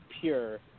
pure